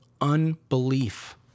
unbelief